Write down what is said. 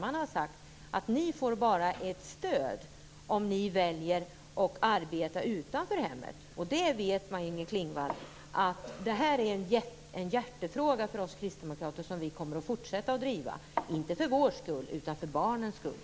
Man har sagt att familjerna får ett stöd om de väljer att arbeta utanför hemmet. Detta är en hjärtefråga för oss kristdemokrater som vi kommer att fortsätta att driva. Men inte för vår skull, utan för barnens skull.